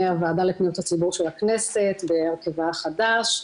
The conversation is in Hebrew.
הוועדה לפניות הציבור של הכנסת בהרכבה החדש,